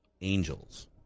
Angels